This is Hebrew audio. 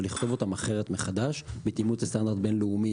ולכתוב אותם אחרת מחדש בדימות סטנדרט בינלאומי,